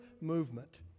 movement